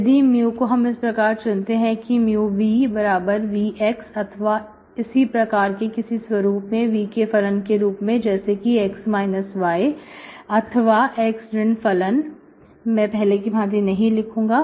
यदि हम mu को इस प्रकार चुनते हैं कि vv अथवा इसी प्रकार के किसी स्वरूप में v के फलन के रूप में जैसे कि x y अथवा x ऋण फलन मैं पहले की भांति नहीं लिखूंगा